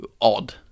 odd